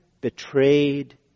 betrayed